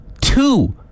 two